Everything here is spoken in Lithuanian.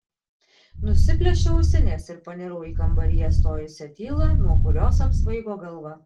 nusiplėšiau ausines ir panirau į kambaryje stojusią tylą nuo kurios apsvaigo galva